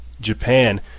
Japan